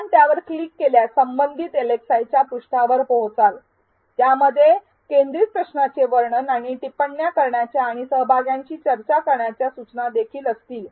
आपण त्यावर क्लिक केल्यास संबंधित एलएक्सआयच्या पृष्ठावर पोहोचेल ज्यामध्ये केंद्रित प्रश्नाचे वर्णन आणि टिप्पण्या करण्याच्या आणि सहभाग्यांशी चर्चा करण्याच्या सूचना देखील असतील